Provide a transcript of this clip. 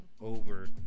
over